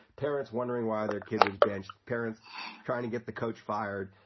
parents wondering why their kid was benched. parents kind of get the coach fired.